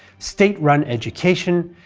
state-run education,